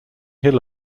hill